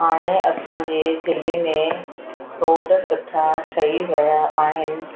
हाणे असांजे ज़िले में रोड सुठा ठही विया आहिनि